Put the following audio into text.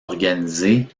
organisée